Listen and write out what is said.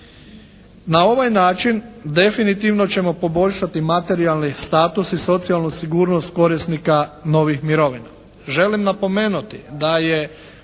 Na ovaj način definitivno ćemo poboljšati materijalni status i socijalnu sigurnost korisnika novih mirovina. Želim napomenuti da je